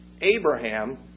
Abraham